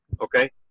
okay